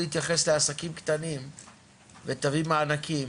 להתייחס לעסקים קטנים ותביא מענקים,